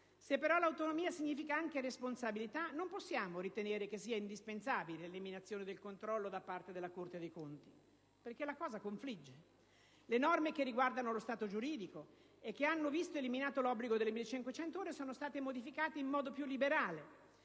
Se però l'autonomia significa anche responsabilità, non si può ritenere che sia indispensabile l'eliminazione del controllo da parte della Corte dei conti, perché la cosa confligge. Le norme che riguardano lo stato giuridico, che hanno visto eliminato l'obbligo delle 1500 ore, sono state modificate in modo più liberare